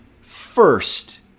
first